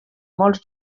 molts